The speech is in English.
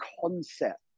concept